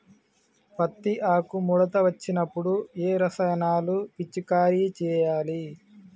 పత్తి ఆకు ముడత వచ్చినప్పుడు ఏ రసాయనాలు పిచికారీ చేయాలి?